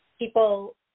People